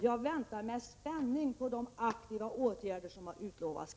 Jag väntar med spänning på de aktiva åtgärder som har utlovats.